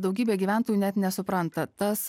daugybė gyventojų net nesupranta tas